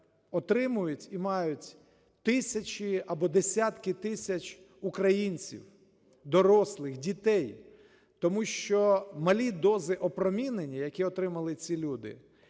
отримують і мають тисячі або десятки тисяч українців, дорослих, дітей. Тому що малі дози опромінення, які отримали ці люди,